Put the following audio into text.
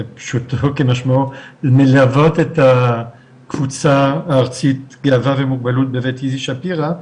פשוטו כמשמעו מללוות את הקבוצה הארצית גאווה ומוגבלות בבית איזי שפירא.